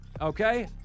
okay